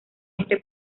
este